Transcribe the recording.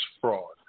fraud